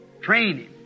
training